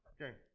Okay